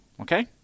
Okay